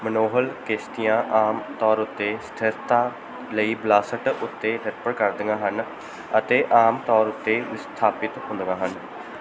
monohull ਕਿਸ਼ਤੀਆਂ ਆਮ ਤੌਰ ਉੱਤੇ ਸਥਿਰਤਾ ਲਈ ਬੈਲਾਸਟ ਉੱਤੇ ਨਿਰਭਰ ਕਰਦੀਆਂ ਹਨ ਅਤੇ ਆਮ ਤੌਰ ਉੱਤੇ ਵਿਸਥਾਪਿਤ ਹੁੰਦੀਆਂ ਹਨ